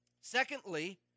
Secondly